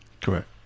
correct